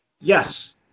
Yes